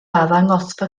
arddangosfa